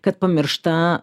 kad pamiršta